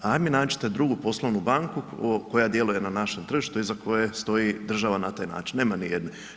Ajde mi nađite drugu poslovnu banku koja djeluje na našem tržištu iza koje stoji država na taj način, nema nijedne.